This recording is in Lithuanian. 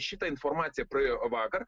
šita informacija praėjo vakar